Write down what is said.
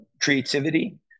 creativity